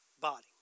body